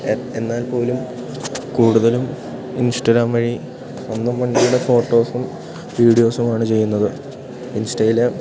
എന്നാൽ പോലും കൂടുതലും ഇൻസ്റ്റഗ്രാം വഴി സ്വന്തം വണ്ടിയുടെ ഫോട്ടോസും വീഡിയോസുമാണ് ചെയ്യുന്നത് ഇൻസ്റ്റയിലെ